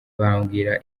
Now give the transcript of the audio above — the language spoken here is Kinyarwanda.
bambwira